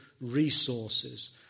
resources